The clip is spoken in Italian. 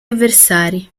avversari